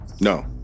No